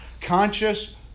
Conscious